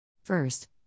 First